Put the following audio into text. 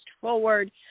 forward